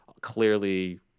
clearly